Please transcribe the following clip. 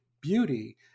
beauty